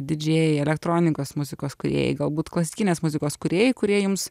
didžėjai elektronikos muzikos kūrėjai galbūt klasikinės muzikos kūrėjai kurie jums